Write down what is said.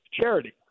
charity